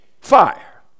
fire